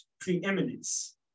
preeminence